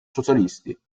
socialisti